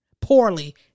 poorly